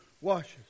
washes